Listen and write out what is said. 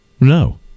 No